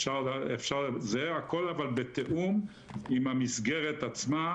הכול בתיאום עם המסגרת עצמה,